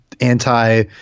anti